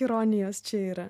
ironijos čia yra